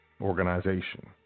organization